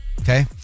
Okay